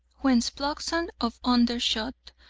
whence plugson of undershot,